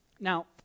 Now